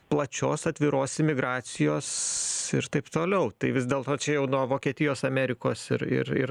plačios atviros imigracijos ir taip toliau tai vis dėlto čia jau nuo vokietijos amerikos ir ir ir